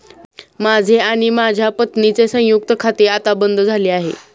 माझे आणि माझ्या पत्नीचे संयुक्त खाते आता बंद झाले आहे